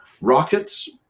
rockets